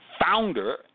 founder